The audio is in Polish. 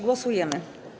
Głosujemy.